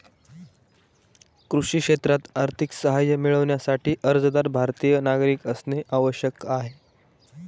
कृषी क्षेत्रात आर्थिक सहाय्य मिळविण्यासाठी, अर्जदार भारतीय नागरिक असणे आवश्यक आहे